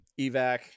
evac